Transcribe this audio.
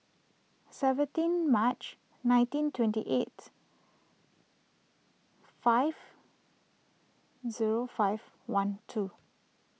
seventeen March nineteen twenty eight five zero five one two